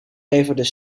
leverden